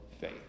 faith